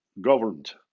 governed